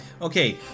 Okay